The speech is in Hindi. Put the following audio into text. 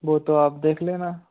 वो तो आप देख लेना